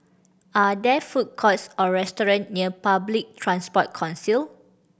are there food courts or restaurant near Public Transport Council